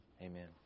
Amen